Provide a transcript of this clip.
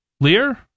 Lear